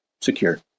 secure